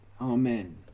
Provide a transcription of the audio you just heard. Amen